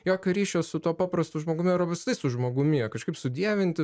jokio ryšio su tuo paprastu žmogumi arba visai su žmogumi jie kažkaip sudievinti